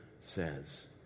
says